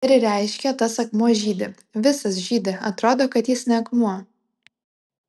ir reiškia tas akmuo žydi visas žydi atrodo kad jis ne akmuo